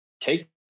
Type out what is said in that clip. take –